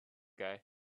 guy